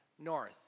north